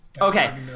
okay